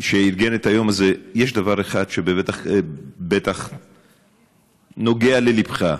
שארגן את היום הזה, יש דבר אחד שבטח נוגע לליבך.